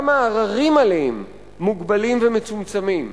גם העררים עליהן מוגבלים ומצומצמים.